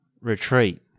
retreat